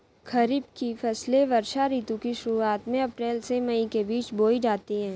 खरीफ की फसलें वर्षा ऋतु की शुरुआत में अप्रैल से मई के बीच बोई जाती हैं